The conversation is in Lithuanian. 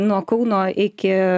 nuo kauno iki